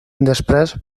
després